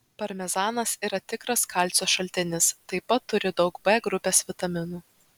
parmezanas yra tikras kalcio šaltinis taip pat turi daug b grupės vitaminų